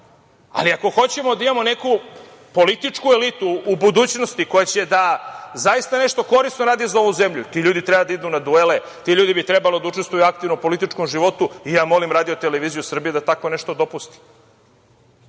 Ako hoćemo da imamo neku političku elitu u budućnosti koja će da zaista nešto korisno radi za ovu zemlju, ti ljudi treba da idu na duele, ti ljudi bi trebalo da učestvuju u aktivnom političkom životu. Ja molim RTS da tako nešto dopusti. Prema